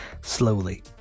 slowly